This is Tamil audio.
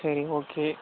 சரி ஓகே